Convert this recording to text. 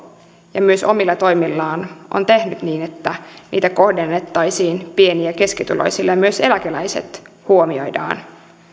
ja myös omilla toimillaan on tehnyt niin että niitä kohdennettaisiin pieni ja keskituloisille ja myös eläkeläiset huomioidaan